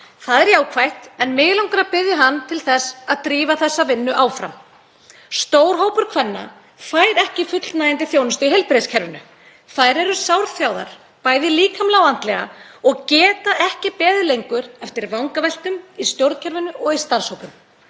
Það er jákvætt, en mig langar að biðja hann að drífa þessa vinnu áfram. Stór hópur kvenna fær ekki fullnægjandi þjónustu í heilbrigðiskerfinu. Þær eru sárþjáðar, bæði líkamlega og andlega, og geta ekki beðið lengur eftir vangaveltum í stjórnkerfinu og í starfshópum.